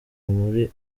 muri